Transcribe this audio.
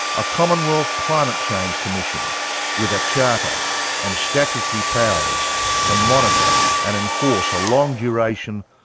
a commonwealth climate change commission with a charter and statutory powers to monitor and enforce a long duration,